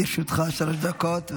לרשותך שלוש דקות.